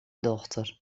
dochter